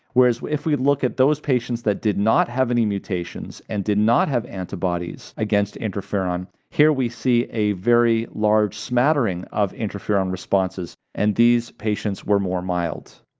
whereas if we look at those patients that did not have any mutations and did not have antibodies against interferon, here we see a very large smattering of interferon responses, and these patients were more mild.